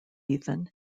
ethan